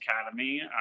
Academy